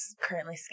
currently